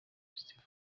festival